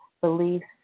beliefs